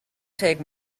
take